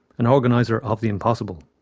an organiser of the impossible.